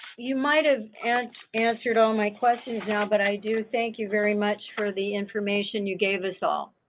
you might have and answered all my questions now but i do thank you very much for the information you gave us all.